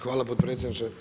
Hvala potpredsjedniče.